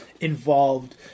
involved